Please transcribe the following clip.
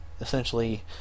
essentially